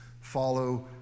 Follow